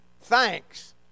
thanks